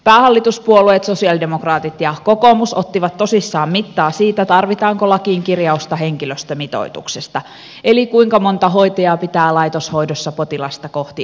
päähallituspuolueet sosialidemokraatit ja kokoomus ottivat tosissaan mittaa siitä tarvitaanko lakiin kirjausta henkilöstömitoituksesta eli kuinka monta hoitajaa pitää laitoshoidossa potilasta kohti olla